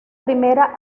primera